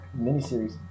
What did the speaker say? Miniseries